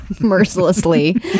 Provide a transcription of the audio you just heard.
mercilessly